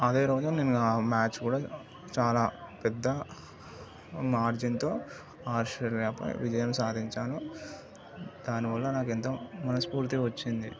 అదే రోజు నేను ఆ మ్యాచ్ కూడా చాలా పెద్ద మార్జిన్తో ఆస్ట్రేలియాపై విజయం సాధించాను దాని వల్ల నాకు ఎంతో మనస్ఫూర్తి వచ్చింది